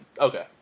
Okay